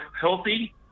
healthy